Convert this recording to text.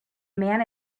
man